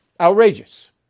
Outrageous